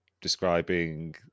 describing